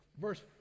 verse